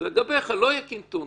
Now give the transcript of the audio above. שאין שיקול כזה.